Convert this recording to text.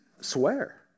swear